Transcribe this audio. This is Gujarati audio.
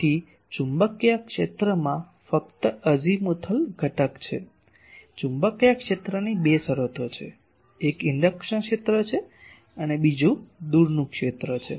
તેથી ચુંબકીય ક્ષેત્રમાં ફક્ત અઝીમુથલ ઘટક છે ચુંબકીય ક્ષેત્રની બે શરતો છે એક ઇન્ડક્શન ક્ષેત્ર છે અને બીજું દૂરનું ક્ષેત્ર છે